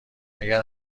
اگر